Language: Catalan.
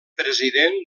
president